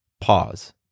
Pause